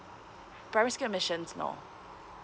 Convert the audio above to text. primary school admissions no